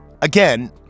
again